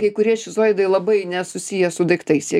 kai kurie šizoidai labai nesusiję su daiktais jie